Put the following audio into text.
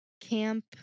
Camp